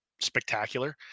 spectacular